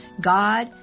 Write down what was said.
God